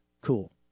cool